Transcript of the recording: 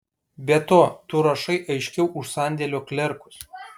be to tu rašai aiškiau už sandėlio klerkus